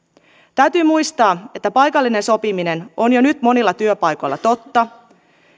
täytyy muistaa että paikallinen sopiminen on jo nyt monilla työpaikoilla totta